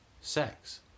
sex